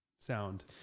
sound